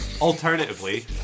Alternatively